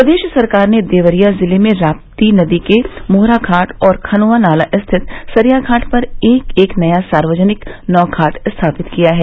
प्रदेश सरकार ने देवरिया ज़िले में राप्ती नदी के मोहरा घाट और खनुआ नाला स्थित सरयां घाट पर एक एक नया सार्वजनिक नौघाट स्थापित किया है